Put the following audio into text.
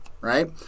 right